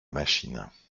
machines